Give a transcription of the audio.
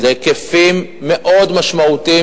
אלה היקפים מאוד משמעותיים,